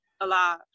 alive